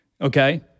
Okay